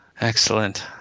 Excellent